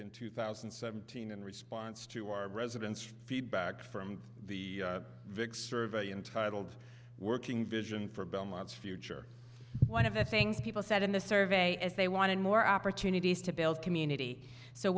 in two thousand and seventeen in response to our residents feedback from the vix survey and titled working vision for belmont's future one of the things people said in the survey is they wanted more opportunities to build community so